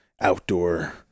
outdoor